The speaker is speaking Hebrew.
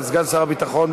סגן שר הביטחון,